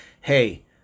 hey